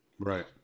Right